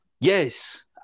Yes